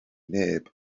neb